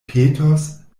petos